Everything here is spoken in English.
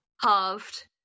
Halved